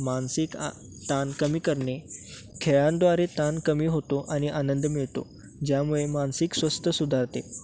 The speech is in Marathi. मानसिक आ ताण कमी करणे खेळांद्वारे ताण कमी होतो आणि आनंद मिळतो ज्यामुळे मानसिक स्वास्थ्य सुधारते